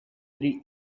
three